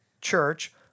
church